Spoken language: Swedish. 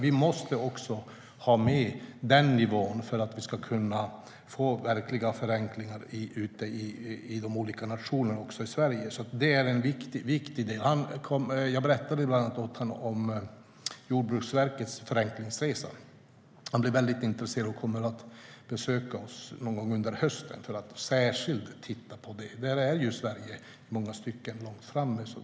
Vi måste ha med också den nivån för att vi ska kunna få verkliga förenklingar ute i de olika nationerna och även i Sverige. Det är en viktig del. Jag berättade för honom bland annat om Jordbruksverkets förenklingsresa. Han blev väldigt intresserad och kommer att besöka oss någon gång under hösten för att särskilt titta på detta. Sverige är i många stycken långt framme.